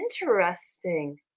interesting